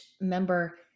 member